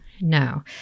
no